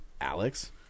Alex